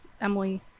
Emily